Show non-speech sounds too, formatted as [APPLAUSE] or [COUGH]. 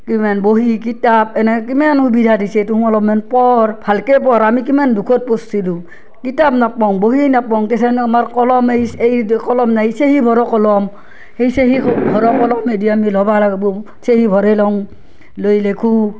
কিমান বহী কিতাপ এনেকে কিমান সুবিধা দিছে তুহুন অলপমান পঢ় ভালকে পঢ় আমি কিমান দুখত পঢ়ছিলোঁ কিতাপ নাপাওঁ বহী নপাওঁ [UNINTELLIGIBLE] আমাৰ কলম এই এই কলম নাই চিঞাহী ভৰোৱা কলম সেই চিঞাহী [UNINTELLIGIBLE] আমি ল'ব লাগবো চিঞাহী ভৰাই লওঁ লৈ লেখো